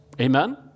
amen